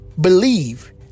Believe